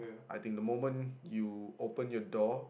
I think the moment you open your door